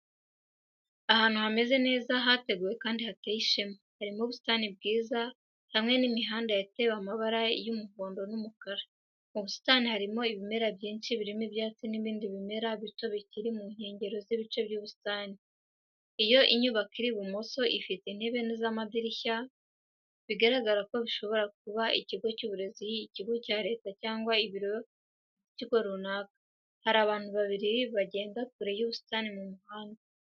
Ahantu hameze neza, hateguwe kandi hateye ishema, harimo ubusitani bwiza hamwe n'imihanda yatewe amabara y'umuhondo n'umukara. Mu busitani harimo ibimera byinshi, birimo ibyatsi n'ibindi bimera bito biri ku nkengero z'ibice by'ubusitani. Iyo nyubako iri ibumoso, ifite intebe z'amadirishya, bigaragaza ko bishobora kuba ikigo cy'uburezi, ikigo cya Leta, cyangwa ibiro by'ikigo runaka. Hari n'abantu babiri bagenda kure y'ubusitani mu muhanda.